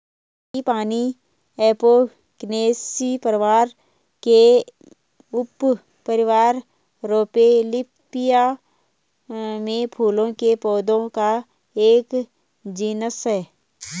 frangipani Apocynaceae परिवार के उपपरिवार रौवोल्फिया में फूलों के पौधों का एक जीनस है